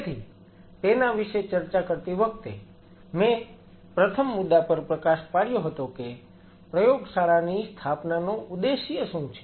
તેથી તેના વિશે ચર્ચા કરતી વખતે મેં પ્રથમ મુદ્દા પર પ્રકાશ પાડ્યો હતો કે પ્રયોગશાળાની સ્થાપનાનો ઉદેશ્ય શું છે